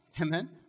Amen